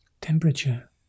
Temperature